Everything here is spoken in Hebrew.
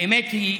האמת היא,